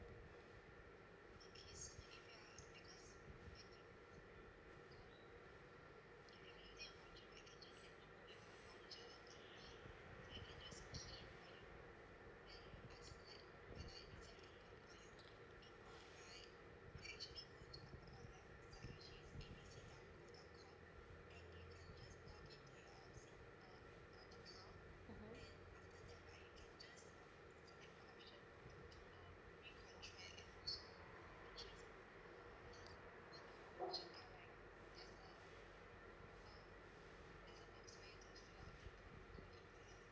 mmhmm